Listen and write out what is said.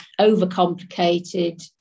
overcomplicated